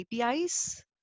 APIs